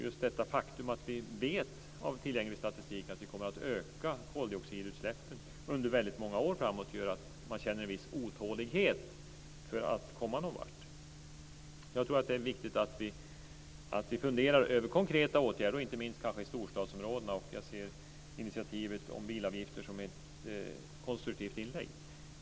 Just det faktum att vi av tillgänglig statistik vet att vi kommer att öka koldioxidutsläppen under väldigt många år framåt gör att man känner en viss otålighet att komma någonvart. Jag tror att det är viktigt att vi funderar över konkreta åtgärder, inte minst i storstadsområdena. Jag ser initiativet om bilavgifter som ett konstruktivt inlägg.